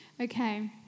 Okay